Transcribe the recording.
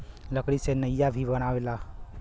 लकड़ी से नईया भी बनेला